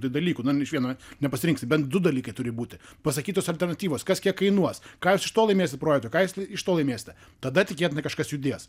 dalykų nu iš vieno nepasirinksi bent du dalykai turi būti pasakytos alternatyvos kas kiek kainuos ką jūs iš to laimėsite projekto ką jūs iš to laimėsite tada tikėtina kažkas judės